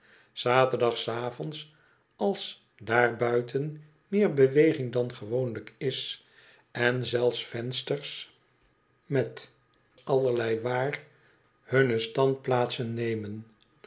zaterdagsavonds als daar buiten meer be weging dan gewoonlijk is en zelfs venters met een reiziger die geen handel ürijet allerlei waar hunne standplaatsen nemen